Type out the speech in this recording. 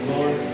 Lord